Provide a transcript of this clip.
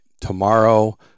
Tomorrow